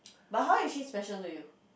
but how is she special to you